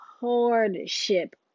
hardship